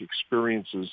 experiences